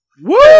Woo